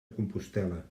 compostel·la